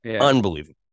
Unbelievable